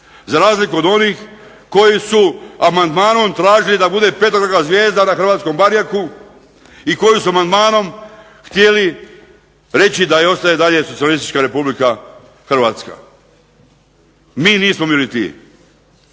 za razliku od onih koji su amandmanom tražili da bude petokraka zvijezda na hrvatskom barjaku i koji su amandmanom htjeli reći da ostaje i dalje socijalistička Republika Hrvatska. Mi nismo među tim.